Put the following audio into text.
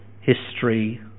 history